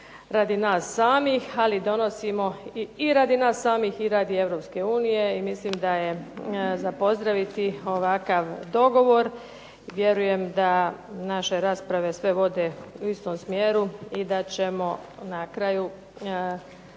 radi nas samih, ali donosimo i radi nas samih i radi Europske unije i mislim da je za pozdraviti ovakav dogovor. Vjerujem da sve naše rasprave vode u istom smjeru i da ćemo na kraju